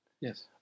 Yes